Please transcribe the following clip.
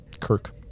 Kirk